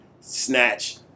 snatch